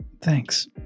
Thanks